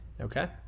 Okay